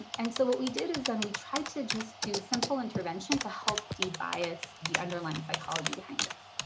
and so what we did is then we tried to just do simple intervention to help deep bias the underlying psychology behind this.